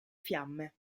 fiamme